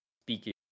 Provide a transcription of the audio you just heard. speaking